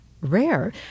rare